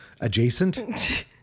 adjacent